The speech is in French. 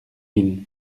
mille